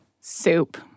Soup